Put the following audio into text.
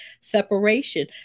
separation